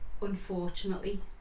unfortunately